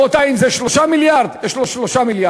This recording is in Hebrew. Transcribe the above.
אם זה 3 מיליארד, יש לו 3 מיליארד.